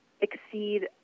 exceed